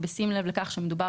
ובשים לב לכך שמדובר,